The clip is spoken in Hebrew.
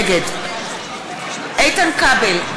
נגד איתן כבל,